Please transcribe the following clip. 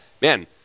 man